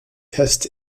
test